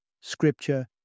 scripture